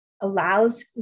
allows